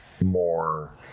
more